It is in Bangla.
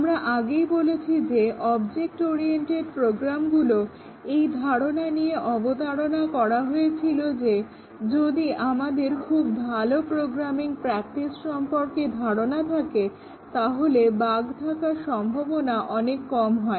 আমরা আগেই বলেছি যে অবজেক্ট ওরিয়েন্টেড প্রোগ্রামগুলোকে এই ধারণা নিয়ে অবতারণা করা হয়েছিল যদি আমাদের খুব ভালো প্রোগ্রামিং প্রাক্টিস সম্পর্কে ধারনা থাকে তাহলে বাগ থাকার সম্ভাবনা অনেক কম হয়